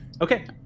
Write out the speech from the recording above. Okay